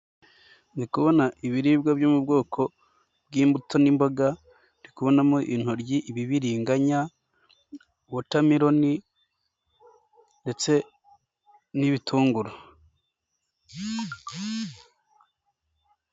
Ndi kubona ibiribwa byo mu bwoko bw'imbuto n'imboga, ndi kubonamo intoryi, ibibiriganya, wotameroni ndetse n'ibitunguru.